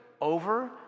over